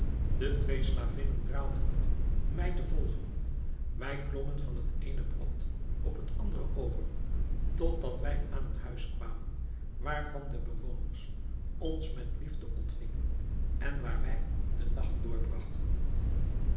de twee slavinnen draalden niet mij te volgen wij klommen van het eene plat op het andere over totdat wij aan een huis kwamen waarvan de bewoners ons met liefde ontvingen en waar wij den nacht